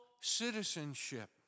citizenship